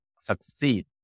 succeed